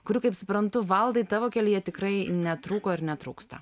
kurių kaip suprantu valdai tavo kelyje tikrai netrūko ir netrūksta